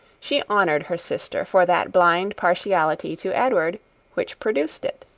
she honoured her sister for that blind partiality to edward which produced it.